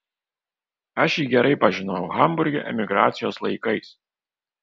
aš jį gerai pažinojau hamburge emigracijos laikais